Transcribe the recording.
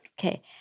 okay